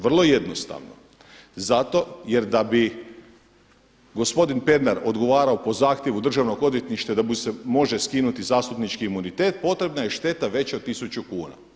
Vrlo jednostavno, zato jer da bi gospodin Pernar odgovarao po zahtjevu Državnog odvjetništva i da mu se može skinuti zastupnički imunitet potrebna je šteta veća od tisuću kuna.